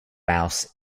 mouse